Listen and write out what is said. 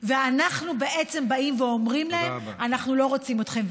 ואנחנו אומרים להם: אנחנו לא רוצים אתכם.